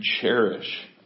cherish